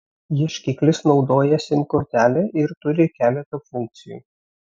ieškiklis naudoja sim kortelę ir turi keletą funkcijų